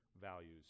values